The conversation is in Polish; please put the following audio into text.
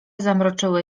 zamroczyły